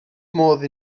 modd